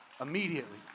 Immediately